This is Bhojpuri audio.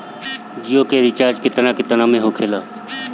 जियो के रिचार्ज केतना केतना के होखे ला?